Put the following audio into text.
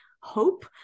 hope